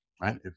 right